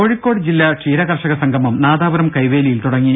കോഴിക്കോട് ജില്ലാ ക്ഷീരകർഷക സംഗമം നാദാപുരം കൈവേലിയിൽ തുടങ്ങി